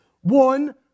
one